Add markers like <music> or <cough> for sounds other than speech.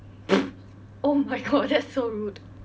<noise> oh my god that's so rude